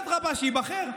אדרבה, שייבחר.